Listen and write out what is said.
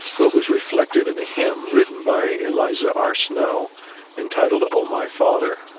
but was reflected in a hymn written by eliza r. snow entitled oh, my father,